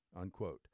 unquote